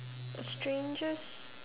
strangest